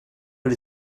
but